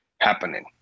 happening